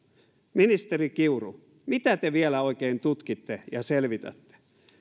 ministeri kiuru mitä te vielä oikein tutkitte ja selvitätte